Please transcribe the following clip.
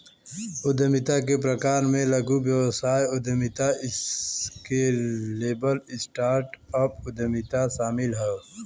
उद्यमिता के प्रकार में लघु व्यवसाय उद्यमिता, स्केलेबल स्टार्टअप उद्यमिता शामिल हौ